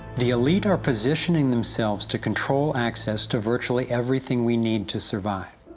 the elite are positioning themselves to control access to virtually everything we need to survive.